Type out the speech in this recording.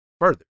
further